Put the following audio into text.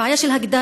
בעיה של הגדרה.